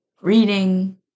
reading